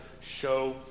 show